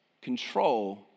control